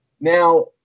now